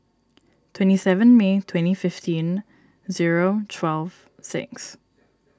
twenty seven May twenty fifteen zero twelve six